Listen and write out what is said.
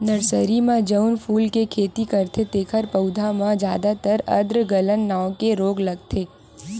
nursery म जउन फूल के खेती करथे तेखर पउधा म जादातर आद्र गलन नांव के रोग लगथे